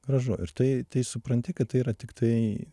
gražu ir tai tai supranti kad tai yra tiktai